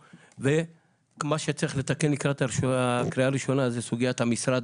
מה שצריך לתקן לקראת הקריאה הראשונה זה סוגיית המשרד,